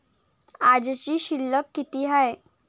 आजची शिल्लक किती हाय?